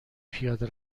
پیاده